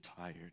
tired